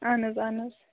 اہن حظ اہن حظ